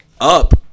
up